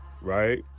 right